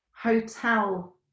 hotel